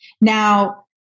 Now